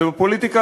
ובפוליטיקה,